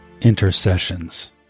Intercessions